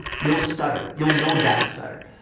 you'll stutter, you'll no doubt stutter.